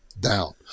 down